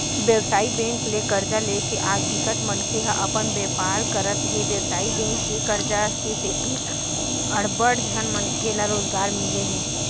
बेवसायिक बेंक ले करजा लेके आज बिकट मनखे ह अपन बेपार करत हे बेवसायिक बेंक के करजा के सेती अड़बड़ झन मनखे ल रोजगार मिले हे